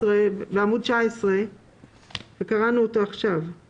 בעמוד 19 וקראנו אותו עכשיו בתקנה (ג)(ב).